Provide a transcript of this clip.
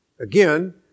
Again